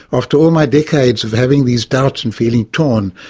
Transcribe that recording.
after all my decades of having these doubts and feeling torn,